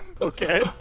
Okay